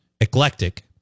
eclectic